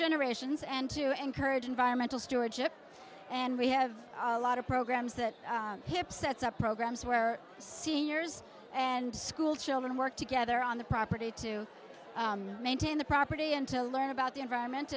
generations and to encourage environmental stewardship and we have a lot of programs that hip sets up programs where seniors and schoolchildren work together on the property to maintain the property and to learn about the environment